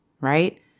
right